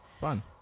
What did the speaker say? Fun